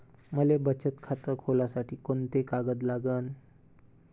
मले बचत खातं खोलासाठी कोंते कागद लागन?